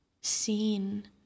seen